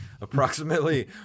Approximately